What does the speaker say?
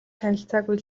танилцаагүй